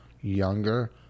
younger